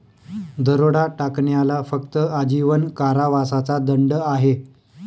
दरोडा टाकण्याला फक्त आजीवन कारावासाचा दंड आहे